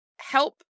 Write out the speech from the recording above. help